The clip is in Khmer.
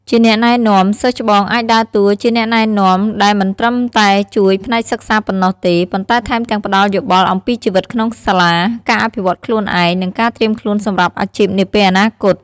ជាអ្នកណែនាំ សិស្សច្បងអាចដើរតួជាអ្នកណែនាំ ដែលមិនត្រឹមតែជួយផ្នែកសិក្សាប៉ុណ្ណោះទេ ប៉ុន្តែថែមទាំងផ្តល់យោបល់អំពីជីវិតក្នុងសាលា ការអភិវឌ្ឍខ្លួនឯង និងការត្រៀមខ្លួនសម្រាប់អាជីពនាពេលអនាគត។